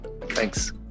Thanks